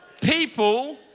People